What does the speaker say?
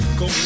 go